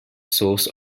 source